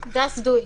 Just do it.